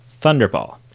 Thunderball